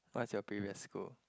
what's your previous school